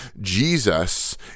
Jesus